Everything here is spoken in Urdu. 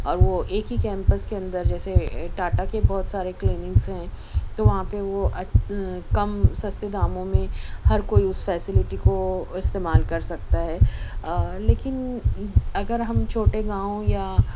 اور وہ ایک ہی کیمپس کے اندر جیسے ٹاٹا کے بہت سارے کلینکس ہیں تو وہاں پہ وہ کم سستے داموں میں ہر کوئی اس فیسیلٹی کو استعمال کر سکتا ہے لیکن اگر ہم چھوٹے گاؤں یا